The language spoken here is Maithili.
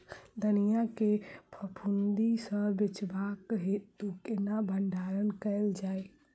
धनिया केँ फफूंदी सऽ बचेबाक हेतु केना भण्डारण कैल जाए?